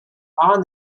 are